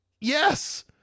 Yes